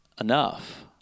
enough